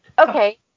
okay